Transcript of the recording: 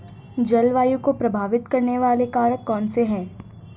जलवायु को प्रभावित करने वाले कारक कौनसे हैं?